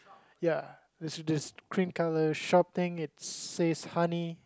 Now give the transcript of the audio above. ya there's this cream colour shop thing it says honey